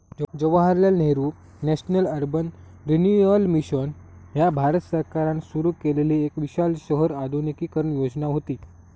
Jawaharlal Nehru national urban renewal mission ह्या भारत सरकारान सुरू केलेली एक विशाल शहर आधुनिकीकरण योजना व्हती